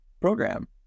program